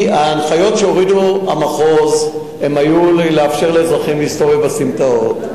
ההנחיות שהורידו מהמחוז היו לאפשר לאזרחים להסתובב בסמטאות.